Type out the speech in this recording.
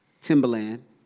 Timberland